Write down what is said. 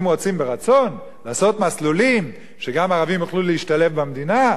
אם רוצים ברצון לעשות מסלולים שגם הערבים יוכלו להשתלב במדינה,